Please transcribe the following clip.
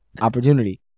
opportunity